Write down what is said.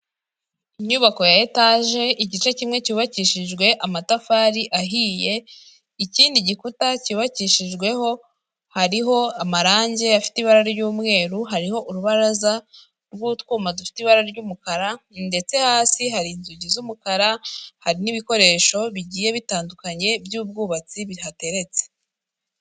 Inyubako ya etaje igice kimwe cyubakishijwe amatafari ahiye ikindi gikuta cyubakishijweho hariho amarange afite ibara ry'umweru hariho urubaraza rw'utwuma dufite ibara ry'umukara ndetse hasi hari inzugi z'umukara hari n'ibikoresho bigiye bitandukanye by'ubwubatsi bihateretse.